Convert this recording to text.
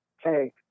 hey